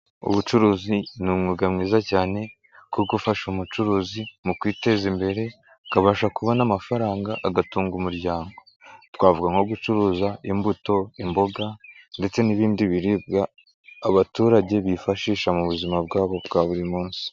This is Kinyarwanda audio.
Ubucuruzi ni umwuga mwiza cyane kuko ufasha umucuruzi mu kwiteza imbere, akabasha kubona amafaranga agatunga umuryango. Twavuga nko gucuruza imbuto, imboga ndetse n'ibindi biribwa abaturage bifashisha mu buzima bwabo bwa buri munsi.